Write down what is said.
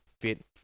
fit